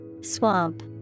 Swamp